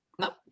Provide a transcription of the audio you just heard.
no